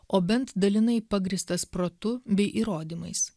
o bent dalinai pagrįstas protu bei įrodymais